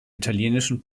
italienischen